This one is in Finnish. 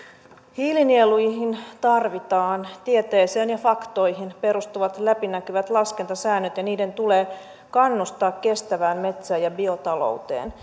hiilinieluihin tarvitaan tieteeseen ja faktoihin perustuvat läpinäkyvät laskentasäännöt ja niiden tulee kannustaa kestävään metsä ja biotalouteen